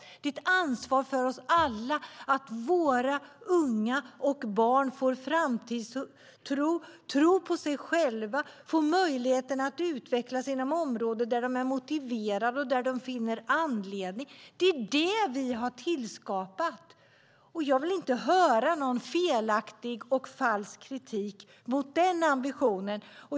Det är ett ansvar för oss alla att våra unga och barn får en framtidstro och tro på sig själva och får möjligheten att utvecklas inom områden där de är motiverade. Det är detta som vi har tillskapat. Jag vill inte höra någon felaktig och falsk kritik mot den ambitionen.